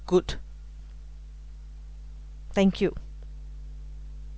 good thank you